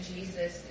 Jesus